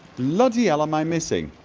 bloody hell am i missing?